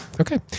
Okay